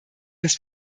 dass